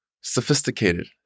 sophisticated